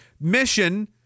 mission